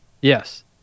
Yes